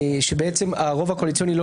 מה שאומר שאין די ברוב קואליציוני,